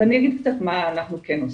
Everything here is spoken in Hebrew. אני אגיד מה אנחנו כן עושים.